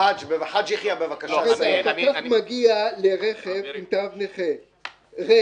הפקח מגיע לרכב עם תו נכה, רכב ריק.